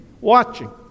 watching